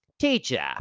Teacher